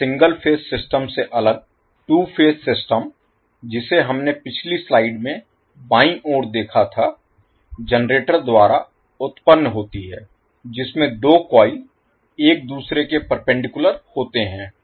अब single phase system से अलग 2 फेज सिस्टम जिसे हमने पिछली स्लाइड में बाईं ओर देखा था जनरेटर द्वारा उत्पन्न होती है जिसमें दो कॉइल एक दूसरे के परपेंडिकुलर होते हैं